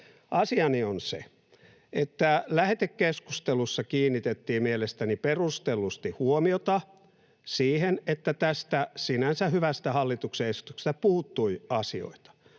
Asiani on se, että lähetekeskustelussa kiinnitettiin mielestäni perustellusti huomiota siihen, että tästä sinänsä hyvästä hallituksen esityksestä puuttui asioita.